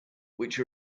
which